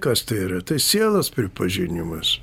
kas tai yra tai sielos pripažinimas